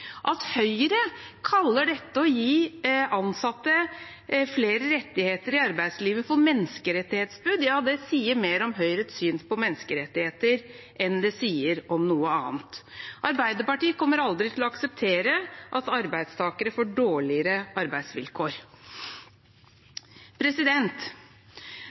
At Høyre kaller det å gi ansatte flere rettigheter i arbeidslivet for menneskerettighetsbrudd, sier mer om Høyres syn på menneskerettigheter enn det sier om noe annet. Arbeiderpartiet kommer aldri til å akseptere at arbeidstakere får dårligere arbeidsvilkår.